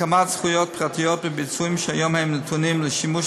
הקמת זכויות פרטיות בביצועים שהיום הם נתונים לשימוש